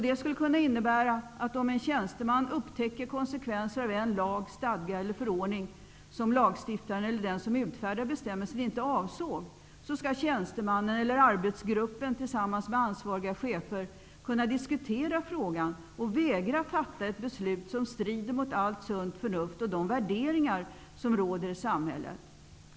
Det skulle kunna innebära, att om en tjänsteman upptäcker konsekvenser av en lag, stadga eller förordning som lagstiftaren eller den som utfärdade bestämmelsen inte avsåg, kan tjänstemannen eller arbetsgruppen tilsammans med ansvariga chefer diskutera frågan och vägra fatta ett beslut som strider mot allt sunt förnuft och de värderingar som råder i samhället.